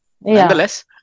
nonetheless